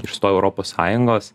išstojo europos sąjungos